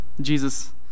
Jesus